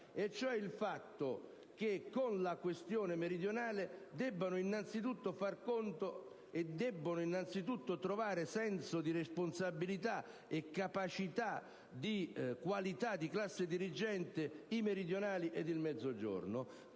il fatto che, con la questione meridionale, debbono innanzitutto far conto e debbono innanzitutto trovare senso di responsabilità e capacità di qualità di classe dirigente i meridionali ed il Mezzogiorno,